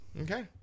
Okay